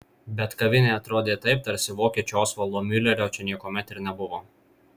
bet kavinė atrodė taip tarsi vokiečio osvaldo miulerio čia niekuomet ir nebuvo